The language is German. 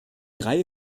reihe